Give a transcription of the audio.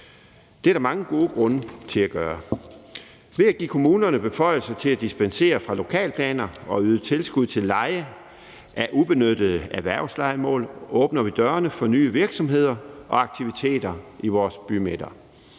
Det er der mange gode grunde til at gøre. Ved at give kommunerne beføjelser til at dispensere fra lokalplaner og yde tilskud til leje af ubenyttede erhvervslejemål åbner vi dørene for nye virksomheder og aktiviteter i vores bymidter.